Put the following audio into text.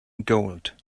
gold